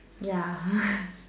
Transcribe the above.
ya